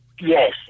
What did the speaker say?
Yes